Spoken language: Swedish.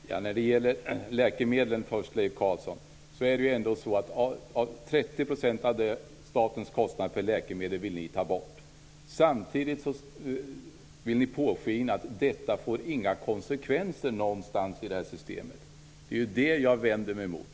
Herr talman! När det gäller läkemedlen, Leif Carlson, vill ni ta bort 30 % av statens kostnader för läkemedel. Samtidigt vill ni påskina att detta inte får några konsekvenser någonstans i det här systemet. Det är detta jag vänder mig emot.